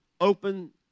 open